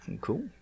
cool